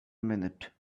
minute